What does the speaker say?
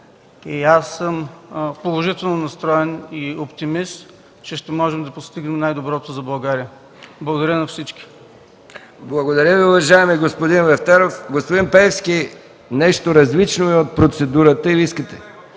Аз съм положително настроен и оптимист, че ще можем да постигнем най-доброто за България. Благодаря на всички. ПРЕДСЕДАТЕЛ МИХАИЛ МИКОВ: Благодаря Ви, уважаеми господин Лефтеров. Господин Пеевски, нещо различно от процедурата ли искате?